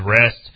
rest